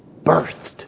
birthed